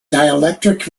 dielectric